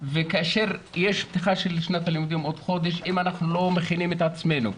ואם אנחנו לא מכינים את עצמנו,